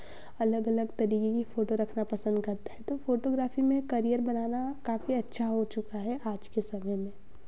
अलग अलग तरीके की फोटो रखना पसंद करता है तो फोटोग्राफी में क़रियर बनाना काफ़ी अच्छा हो चुका है आज के समय में